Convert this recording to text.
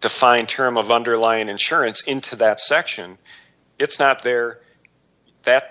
defined term of underlying insurance into that section it's not there that